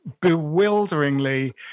bewilderingly